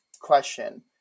question